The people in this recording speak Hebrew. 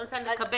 לא ניתן לקבל.